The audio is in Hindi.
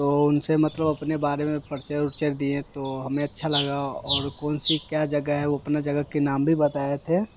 तो उनसे मतलब अपने बारे में परिचय वरचय दिए तो हमें अच्छा लगा और कौनसी क्या जगह है वो अपना जगह के नाम भी बताए थे